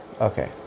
Okay